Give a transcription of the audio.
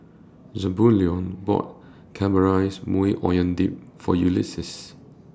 Zebulon bought Caramelized Maui Onion Dip For Ulises